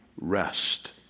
rest